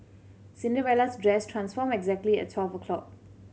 Cinderella's dress transformed exactly at twelve o'clock